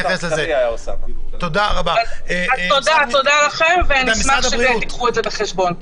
תודה לכם ואשמח שתיקחו את זה בחשבון.